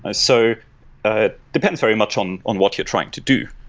ah so ah depends very much on on what you're trying to do,